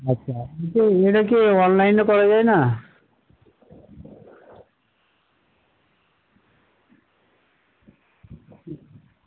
আচ্ছা কিন্তু এটা কি অনলাইনে করা যায় না